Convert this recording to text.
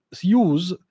use